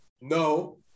no